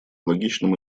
логичным